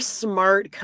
smart